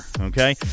okay